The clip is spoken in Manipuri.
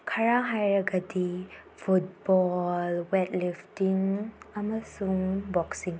ꯈꯔ ꯍꯥꯏꯔꯒꯗꯤ ꯐꯨꯠꯕꯣꯜ ꯋꯦꯠ ꯂꯤꯐꯇꯤꯡ ꯑꯃꯁꯨꯡ ꯕꯣꯛꯁꯤꯡ